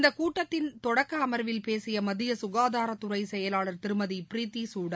இந்தகூட்டத்தின் தொடக்கஅமா்வில் பேசியமத்தியசுகாதாரத்துறைசெயலாளா் திருமதிப்ரீத்திசூடன்